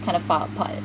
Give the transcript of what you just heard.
kind of far apart